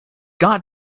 got